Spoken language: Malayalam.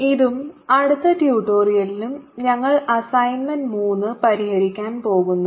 ഇതും അടുത്ത ട്യൂട്ടോറിയലും ഞങ്ങൾ അസൈൻമെന്റ് മൂന്ന് പരിഹരിക്കാൻ പോകുന്നു